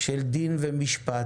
של דין ומשפט,